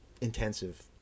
intensive